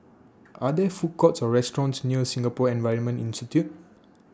Are There Food Courts Or restaurants near Singapore Environment Institute